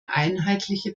einheitliche